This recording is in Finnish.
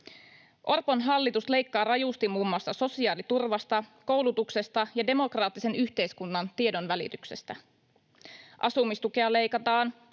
Orpon hallitus leikkaa rajusti muun muassa sosiaaliturvasta, koulutuksesta ja demokraattisen yhteiskunnan tiedonvälityksestä. Asumistukea leikataan,